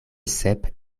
sep